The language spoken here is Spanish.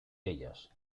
ellos